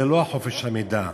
זה לא חופש המידע.